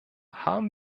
haben